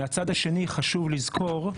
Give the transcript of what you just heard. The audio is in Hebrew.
מהצד השני חשוב לזכור,